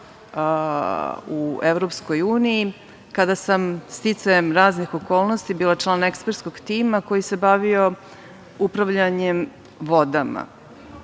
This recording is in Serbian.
u EU, a kada sam sticajem raznih okolnosti bila član ekspertskog tima koji se bavio upravljanjem vodama.